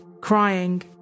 crying